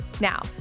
Now